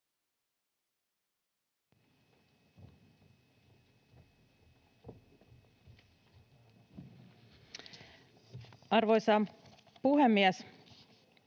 Arvoisa puhemies!